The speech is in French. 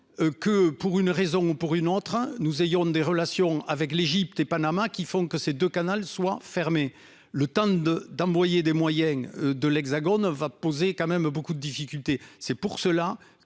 Que pour une raison ou pour une autre, nous ayons des relations avec l'Égypte et Panama, qui font que ces deux Canal soit fermé le temps de d'envoyer des moyens de l'Hexagone va poser quand même beaucoup de difficultés. C'est pour cela